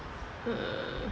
mm